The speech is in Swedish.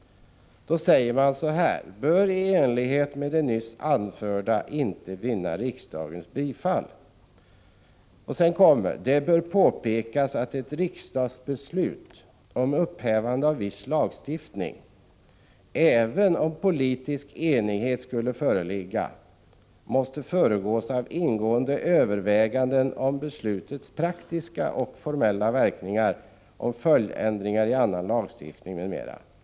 1985/86:59 ”Yrkandet ——— bör i enlighet med det nyss anförda inte vinna riksdagens 15 januari 1986 bifall.” Så fortsätter man: ”Det bör påpekas att ett riksdagsbeslut om Tra sog upphävande av viss lagstiftning — även om politisk enighet skulle föreligga — måste föregås av ingående överväganden om beslutets praktiska och formella verkningar, om följdändringar i annan lagstiftning m.m.